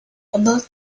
about